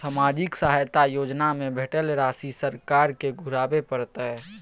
सामाजिक सहायता योजना में भेटल राशि सरकार के घुराबै परतै?